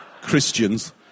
Christians